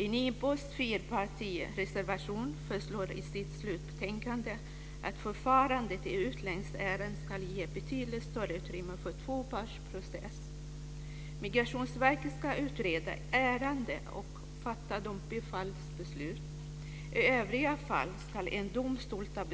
I NIPU:s slutbetänkande föreslås i en fyrpartireservation att förfarandet i utlänningsärenden ska ge betydligt större utrymme för tvåpartsprocess. Migrationsverket ska utreda ärenden och fatta bifallsbeslut. I övriga fall ska en domstol fatta